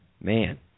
Man